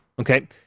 Okay